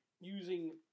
using